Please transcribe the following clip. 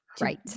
Right